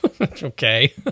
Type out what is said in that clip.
okay